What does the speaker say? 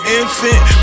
infant